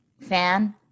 fan